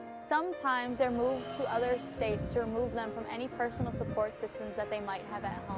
sometimes their moved to other states to remove them from any personal support systems that they might have at